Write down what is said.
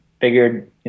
figured